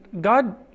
God